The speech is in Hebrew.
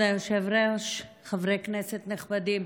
כבוד היושב-ראש, חברי כנסת נכבדים,